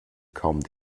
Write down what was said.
kaum